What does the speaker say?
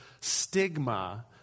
stigma